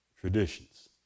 traditions